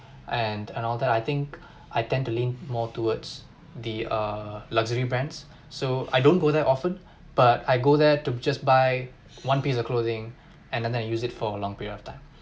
and and all that I think I tend to lean more towards the err luxury brands so I don't go there often but I go there to just buy one piece of clothing and then then I use it for long period of time